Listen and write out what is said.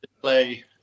play